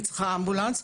היא צריכה אמבולנס,